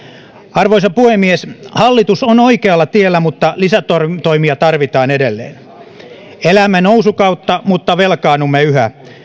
arvoisa puhemies hallitus on oikealla tiellä mutta lisätoimia tarvitaan edelleen elämme nousukautta mutta velkaannumme yhä